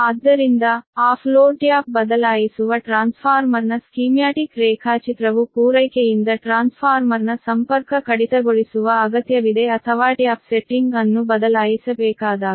ಆದ್ದರಿಂದ off load tap ಬದಲಾಯಿಸುವ ಟ್ರಾನ್ಸ್ಫಾರ್ಮರ್ನ ಸ್ಕೀಮ್ಯಾಟಿಕ್ ರೇಖಾಚಿತ್ರವು ಪೂರೈಕೆಯಿಂದ ಟ್ರಾನ್ಸ್ಫಾರ್ಮರ್ನ ಸಂಪರ್ಕ ಕಡಿತಗೊಳಿಸುವ ಅಗತ್ಯವಿದೆ ಅಥವಾ ಟ್ಯಾಪ್ ಸೆಟ್ಟಿಂಗ್ ಅನ್ನು ಬದಲಾಯಿಸಬೇಕಾದಾಗ